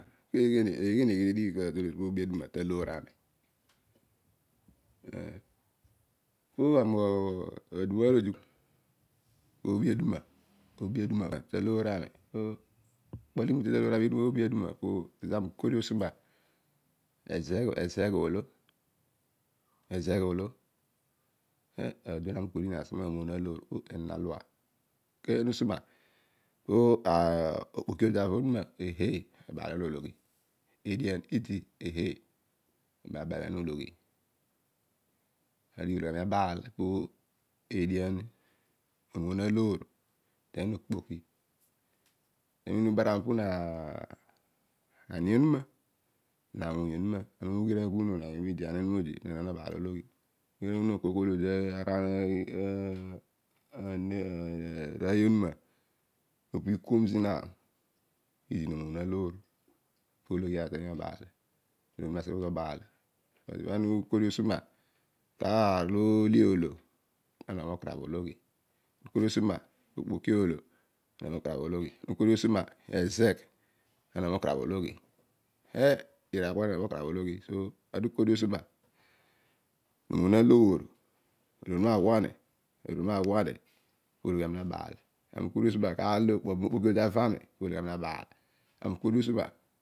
Eeghe ne eeghe adighi ka adon aru nrobi aduma taaloor ani o? okpo bho umute ta aloor ami bho idighi kaadon aru moobi aduma abho po ezegh oolo, ami ezegh oolo. Ana ukodi kua usoma ko okpobi odi ta yor onuma eh heh, baalologhi edian idi eh heh, na baalologhi. Aar ta odighi ologhi ami abaal po ediam, mo õmõon aloor, umiin ubaran po ani onuma na awuny onuma. Ani ughiraan kua ka ani onuma na awuny onuma ana umina ughiran kua pa ana baal ologhi. Ana ughira unoon koiy koiy lo di ta aroiu onuma obobho ikuom zina idi no omoo aloor po ologhi onuma na kemo baal. But ibha ana ukodi usoma kaar olo ole oolo puna anogho mokarabh oolo na nogho mokarabh ologhi, ukodi usama ezegh na nogho mokarabh ologhi heh iraan okpo ibha ne nogho mokarabh ologhi, so ukodi usoma no omoon aloor, aloor, onuma aghua ni, pologhi ami nabaal. Ami ukodi pologhi ani nabaal, ami ukodi usoma